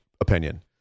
opinion